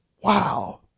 wow